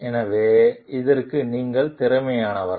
எனவே அதற்கு நீங்கள் திறமையானவரா